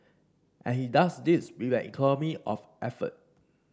and he does this with an economy of effort